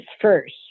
first